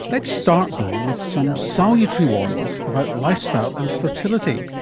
let's start though with some salutary warnings about lifestyle and fertility,